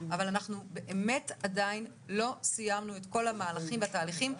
אבל אנחנו עדיין לא סיימנו את כל המהלכים והתהליכים.